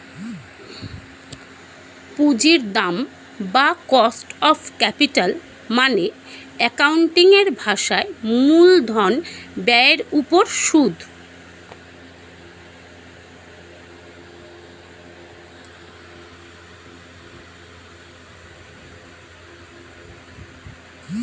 পুঁজির দাম বা কস্ট অফ ক্যাপিটাল মানে অ্যাকাউন্টিং এর ভাষায় মূলধন ব্যয়ের উপর সুদ